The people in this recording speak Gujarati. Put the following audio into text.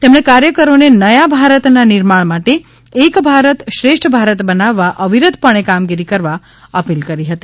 તેમણે કાર્યકરોને નયા ભારતના નિર્માણ માટે એક ભારત શ્રેષ્ઠ ભારત બનાવવા અવિરતપણે કામગીરી કરવા અપીલ કરી હતી